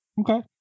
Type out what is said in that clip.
Okay